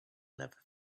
never